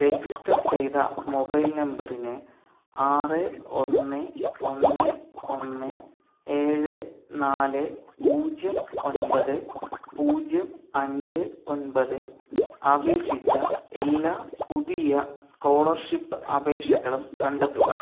register ചെയ്ത mobile നമ്പറിന് ആറ് ഒന്ന് ഒന്ന് ഒന്ന് ഏഴ് നാല് പൂജ്യം ഒൻപത് പൂജ്യം അഞ്ച് ഒൻപത് അപേക്ഷിച്ച എല്ലാ പുതിയ സ്കോളർഷിപ്പ് അപേക്ഷകളും കണ്ടെത്തുക